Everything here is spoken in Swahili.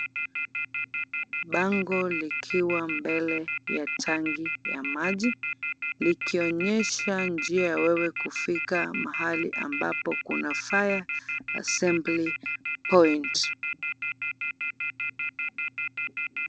Bango likiwa mbele ya tangi ya maji, likionyesha njia ya wewe kufika mahali ambapo kuna fire assembly point .